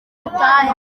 dutahe